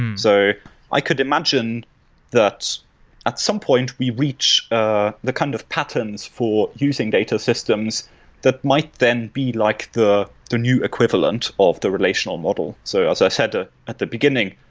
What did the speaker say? and so i could imagine that at some point we reach ah the kind of patterns for using data systems that might then be like the the new equivalent of the relational model so as i said ah at the beginning,